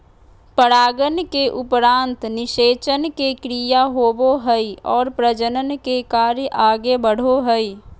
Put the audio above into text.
परागन के उपरान्त निषेचन के क्रिया होवो हइ और प्रजनन के कार्य आगे बढ़ो हइ